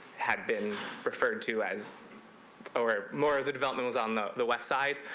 had been referred to as or more the developments on the the west side